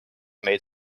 made